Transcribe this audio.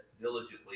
diligently